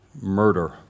murder